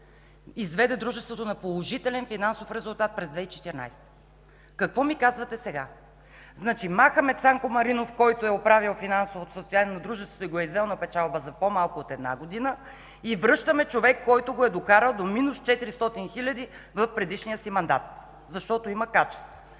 изведе дружеството на положителен финансов резултат през 2014 г. Какво ми казвате сега?! Значи махаме Цанко Маринов, който е оправил финансовото състояние на дружеството и го е извел на печалба за по-малко от една година, и връщаме човек, който го е докарал до минус 400 хил. в предишния си мандат, защото има качества.